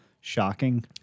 Shocking